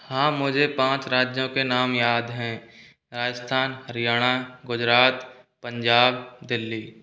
हां मुझे पांच राज्यों के नाम याद हैं राजस्थान हरियाणा गुजरात पंजाब दिल्ली